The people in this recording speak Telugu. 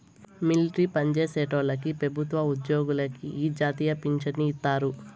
మిలట్రీ పన్జేసేటోల్లకి పెబుత్వ ఉజ్జోగులకి ఈ జాతీయ పించను ఇత్తారు